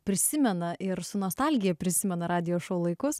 prisimena ir su nostalgija prisimena radijo šou laikus